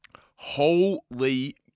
Holy